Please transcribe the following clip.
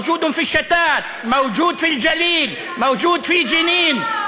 נמצא בתפוצות, נמצא בגליל, נמצא בג'נין.